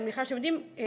ואני מניחה שאתם יודעים,